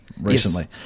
recently